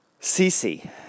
CC